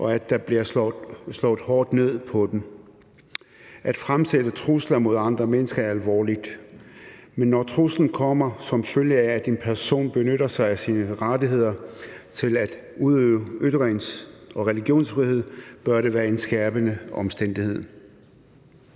og at der bliver slået hårdt ned på dem. At fremsætte trusler mod andre mennesker er alvorligt, men når truslen kommer, som følge af at en person benytter sig af sine rettigheder til at udøve ytrings- og religionsfrihed, bør det være en skærpende omstændighed.